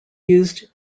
used